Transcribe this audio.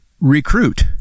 recruit